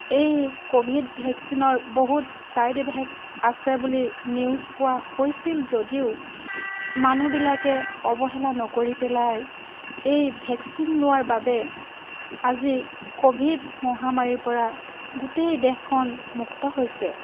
এই ক'ভিড ভেকচিনৰ বহুত ছাইড এফেক্ট আছে বুলি নিউজ পোৱা হৈছিল যদিও মানুহবিলাকে অৱহেলা নকৰি পেলাই এই ভেকচিন লোৱাৰ বাবে আজি ক'ভিড মহামাৰীৰ পৰা গোটেই দেশখন মুক্ত হৈছে